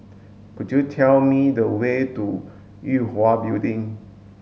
do you tell me the way to Yue Hwa Building